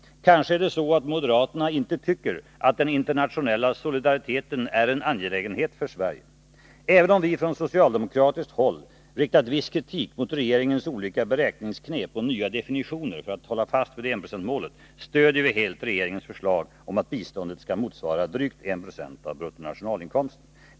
Kanske är det så att moderaterna inte tycker att den internationella solidariteten är en angelägen fråga för Sverige. Även om vi från socialdemokratiskt håll riktat viss kritik mot regeringens olika beräkningsknep och nya definitioner för att hålla fast vid enprocentsmålet, stöder vi helt regeringens förslag om att biståndet skall motsvara drygt 1 26 av bruttonationalinkomsten.